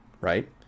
right